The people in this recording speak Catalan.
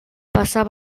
passar